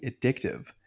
addictive